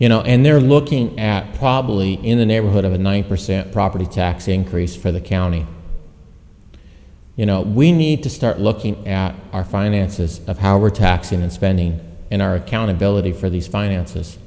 you know and they're looking at probably in the neighborhood of a nine percent property tax increase for the county you know we need to start looking at our finances of how we're taxing and spending in our accountability for these finances